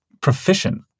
proficient